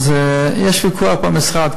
אז יש ויכוח במשרד,